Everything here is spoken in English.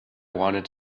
wanted